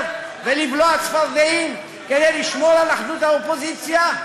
ולבלוע צפרדעים כדי לשמור על אחדות האופוזיציה?